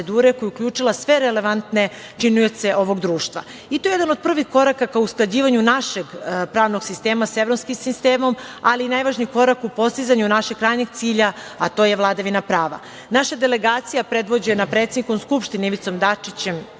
je uključila sve relevantne činioce ovog društva. To je jedan od prvih koraka ka usklađivanju našeg pravnog sistema sa evropskim sistemom, ali najvažniji korak u postizanju našeg krajnjeg cilja, a to je vladavina prava. Naša delegacija, predvođena predsednikom Skupštine, Ivicom Dačićem